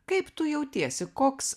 kaip tu jautiesi koks